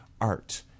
art